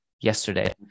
yesterday